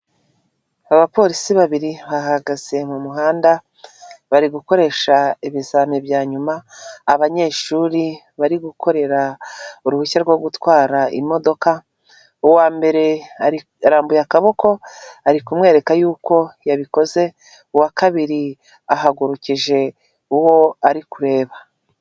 Abapolisi babiri bahagaze mu muhanda bari gukoresha ibizamini bya nyuma abanyeshuri bari gukorera uruhushya rwo gutwara imodoka, uwa mbere arambuye akaboko ari kumwereka y'uko yabikoze, uwa kabiri ahagurukije uwo ari kureba.